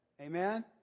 Amen